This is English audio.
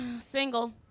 Single